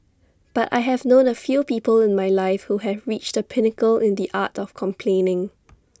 but I have known A few people in my life who have reached the pinnacle in the art of complaining